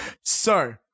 So-